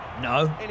No